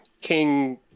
King